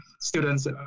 students